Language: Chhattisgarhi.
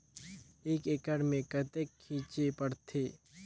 एक एकड़ मे कतेक छीचे पड़थे?